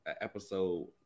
episode